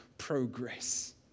progress